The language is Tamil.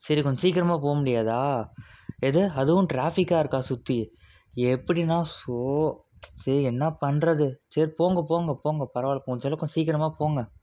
சரி கொஞ்சம் சீக்கிரமாக போகமுடியாதா எது அதுவும் ட்ராஃபிக்காக இருக்கா சுற்றி எப்படின்னா சோ சரி என்ன பண்ணுறது சரி போங்க போங்க போங்க பரவாயில்ல போங்க முடிஞ்சளவுக்கு கொஞ்சம் சீக்கரமாக போங்க